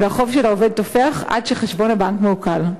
והחוב של העובד תופח עד שחשבון הבנק מעוקל.